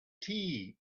tea